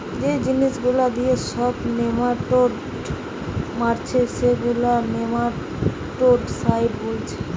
যে জিনিস গুলা দিয়ে সব নেমাটোড মারছে সেগুলাকে নেমাটোডসাইড বোলছে